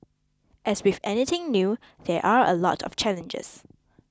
as with anything new there are a lot of challenges